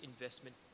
investment